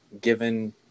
given